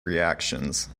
reactions